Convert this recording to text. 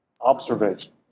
Observation